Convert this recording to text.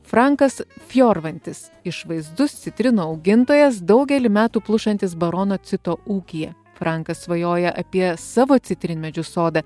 frankas fijorvantis išvaizdus citrinų augintojas daugelį metų plušantis barono cito ūkyje frankas svajoja apie savo citrinmedžių sodą